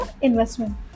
investment